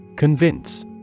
Convince